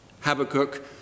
Habakkuk